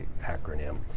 acronym